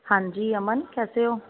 ਹਾਂਜੀ ਅਮਨ ਕੈਸੇ ਹੋ